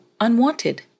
unwanted